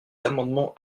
amendements